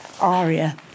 aria